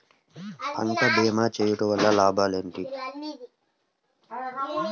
పంట భీమా చేయుటవల్ల లాభాలు ఏమిటి?